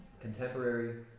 Contemporary